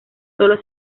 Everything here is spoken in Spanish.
solo